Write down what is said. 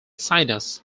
sinus